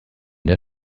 der